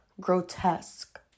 grotesque